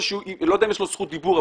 אני לא יודע אם יש לו זכות דיבור,